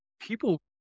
people